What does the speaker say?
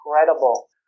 incredible